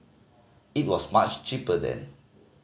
it was much cheaper then